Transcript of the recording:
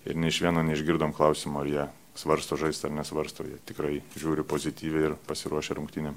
ir nė iš vieno neišgirdom klausimo ar jie svarsto žaisti ar nesvarsto jie tikrai žiūri pozityviai ir pasiruošę rungtynėm